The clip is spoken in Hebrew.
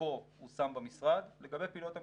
שכספו הושם במשרד לגבי פעילויות המשרד.